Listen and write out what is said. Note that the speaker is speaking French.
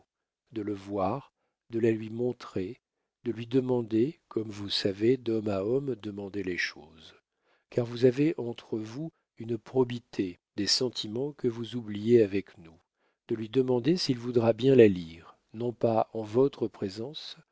de le voir de la lui montrer de lui demander comme vous savez d'homme à homme demander les choses car vous avez entre vous une probité des sentiments que vous oubliez avec nous de lui demander s'il voudra bien la lire non pas en votre présence